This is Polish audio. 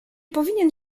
powinien